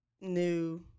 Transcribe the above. new